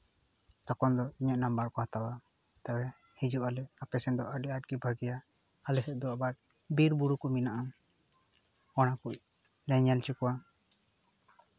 ᱛᱚᱠᱷᱚᱱ ᱫᱚ ᱤᱧᱟᱹᱜ ᱱᱟᱢᱵᱟᱨ ᱠᱚ ᱦᱟᱛᱟᱣᱟ ᱦᱤᱡᱩᱜ ᱟᱞᱮ ᱟᱯᱮ ᱥᱮᱫ ᱫᱚ ᱟᱹᱰᱤ ᱟᱸᱴ ᱜᱮ ᱵᱷᱟᱜᱮᱭᱟ ᱟᱞᱮ ᱥᱮᱫ ᱫᱚ ᱟᱵᱟᱨ ᱵᱤᱨ ᱵᱩᱨᱩ ᱠᱚ ᱢᱮᱱᱟᱜᱼᱟ ᱚᱱᱟ ᱠᱩᱡ ᱞᱮ ᱧᱮᱞ ᱦᱚᱪᱚ ᱠᱚᱣᱟ